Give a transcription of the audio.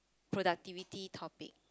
productivity topic